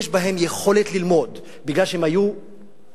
יש בהם יכולת ללמוד, כי הם היו בגלות.